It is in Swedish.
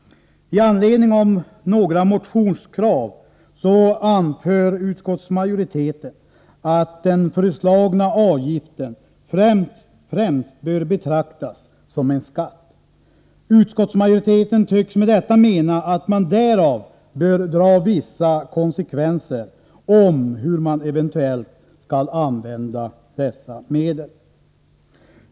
I anledning av några motionskrav anför utskottsmajoriteten att den föreslagna avgiften främst bör betraktas som en skatt. Utskottsmajoriteten tycks med detta mena att man därav bör dra vissa konsekvenser om hur man eventuellt skall använda dessa medel.